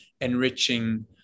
enriching